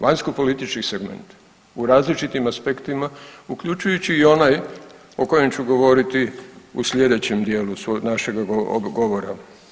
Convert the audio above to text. Vanjskopolitički segment, u različitim aspektima, uključujući i onaj o kojem ću govoriti u sljedećem dijelu našega govora ovog govora.